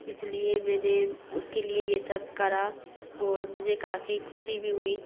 इस लिए मैंने उसके लिए ये सब करा और मुझे काफ़ी ख़ुशी भी हुई